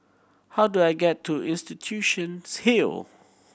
how do I get to Institution's Hill